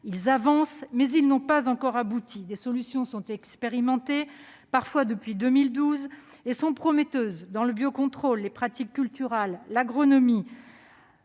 Ils avancent, mais n'ont pas encore abouti. Des solutions sont expérimentées, parfois depuis 2012, et sont prometteuses. Elles concernent le biocontrôle, les pratiques culturales, l'agronomie,